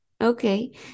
Okay